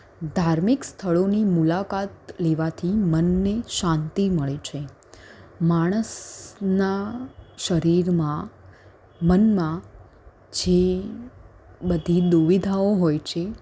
ધાર્મિક સ્થળોની મુલાકાત લેવાથી મનને શાંતિ મળે છે માણસનાં શરીરમાં મનમાં જે બધી દુવિધાઓ હોય છે